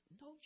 no